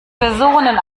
personen